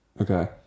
Okay